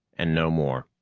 and no more.